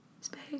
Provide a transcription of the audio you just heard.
space